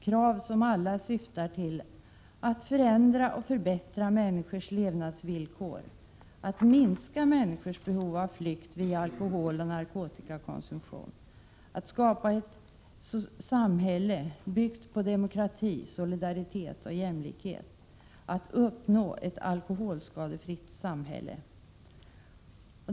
Krav som alla syftar till: att förändra och förbättra människors levnadsvillkor att minska människors behov av flykt via alkoholeller narkotikakonsumtion att skapa ett socialistiskt samhälle byggt på demokrati, solidaritet och jämlikhet att uppnå ett alkoholskadefritt samhälle.